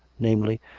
namely,